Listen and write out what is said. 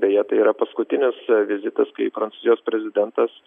beje tai yra paskutinis vizitas kai prancūzijos prezidentas